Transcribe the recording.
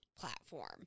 platform